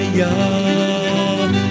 young